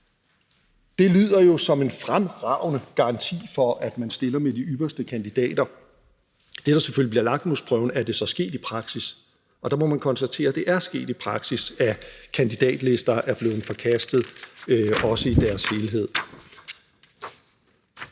Det lyder jo som en fremragende garanti for, at man stiller med de ypperste kandidater. Det, der selvfølgelig bliver lakmusprøven, er, om det så er sket i praksis. Og der må man konstatere, at det er sket i praksis, at kandidatlister er blevet forkastet, også i deres helhed.